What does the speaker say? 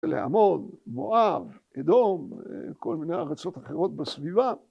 לעמון, מואב, אדום, כל מיני ארצות אחרות בסביבה.